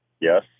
yes